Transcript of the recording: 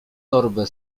torbę